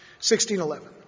1611